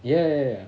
ya ya ya ya